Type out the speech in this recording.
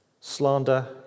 slander